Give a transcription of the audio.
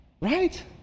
right